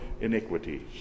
iniquities